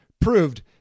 proved